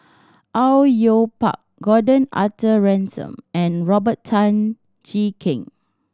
Au Yue Pak Gordon Arthur Ransome and Robert Tan Jee Keng